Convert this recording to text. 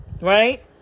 right